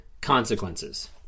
consequences